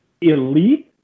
elite